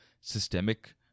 systemic